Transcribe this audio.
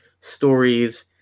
stories